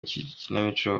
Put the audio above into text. ikinamico